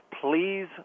please